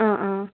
അ ആ